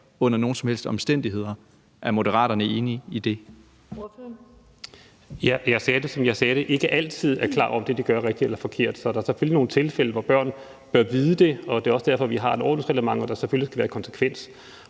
Ordføreren. Kl. 18:06 Lars Arne Christensen (M): Jeg sagde det, som jeg sagde det: De er ikke altid klar over, om det, de gør, er rigtigt eller forkert. Så er der selvfølgelig nogle tilfælde, hvor børn bør vide det, og det er også derfor, at vi har et ordensreglement og der selvfølgelig skal være konsekvens.